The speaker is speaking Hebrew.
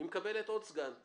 והיא מקבלת עוד סגן,